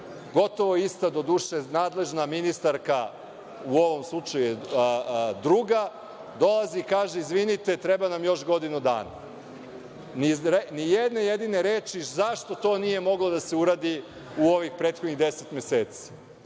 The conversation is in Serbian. gotovo ista, doduše, nadležna ministarka, u ovom slučaju je druga, dolazi i kaže –izvinite, treba nam još godinu dana, a ni jedne jedine reči zašto to nije moglo da se uradi u ovih prethodnih 10 meseci.